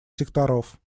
секторов